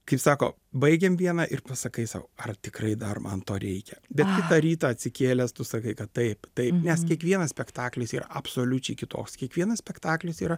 kaip sako baigėm vieną ir pasakai sau ar tikrai dar man to reikia bet kitą rytą atsikėlęs tu sakai kad taip taip nes kiekvienas spektaklis yra absoliučiai kitoks kiekvienas spektaklis yra